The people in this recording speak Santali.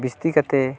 ᱵᱤᱥᱛᱤ ᱠᱟᱛᱮ